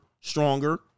stronger